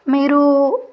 మీరు